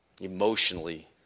emotionally